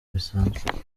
bisanzwe